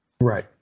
Right